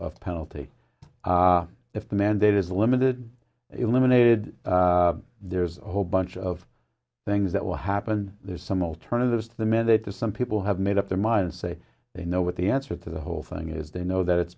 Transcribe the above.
penalty if the mandate is limited eliminated there's a whole bunch of things that will happen there's some alternatives to the mandate to some people have made up their minds say they know what the answer to the whole thing is they know that it's